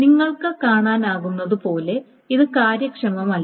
നിങ്ങൾക്ക് കാണാനാകുന്നതുപോലെ ഇത് കാര്യക്ഷമമല്ല